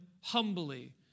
humbly